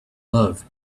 love